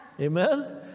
Amen